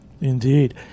Indeed